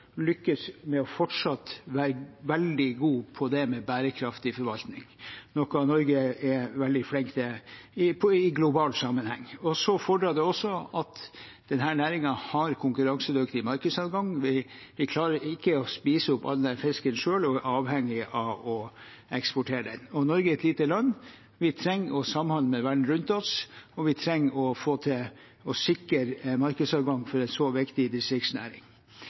lykkes med fortsatt å være veldig gode på bærekraftig forvaltning, noe Norge er veldig flink til i global sammenheng, og så fordrer det også at denne næringen har konkurransedyktig markedsadgang. Vi klarer ikke å spise opp all fisken selv og er avhengige av å eksportere den. Og Norge er et lite land. Vi trenger å samhandle med verden rundt oss, og vi trenger å få til å sikre markedsadgang for en så viktig distriktsnæring.